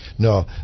No